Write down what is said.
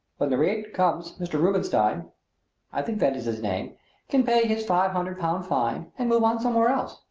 when the raid comes mr. rubenstein i think that is his name can pay his five hundred-pound fine and move on somewhere else.